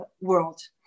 world